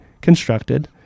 constructed